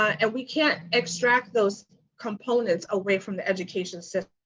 and we can't extract those components away from the education system.